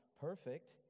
perfect